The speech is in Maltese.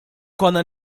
konna